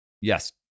yes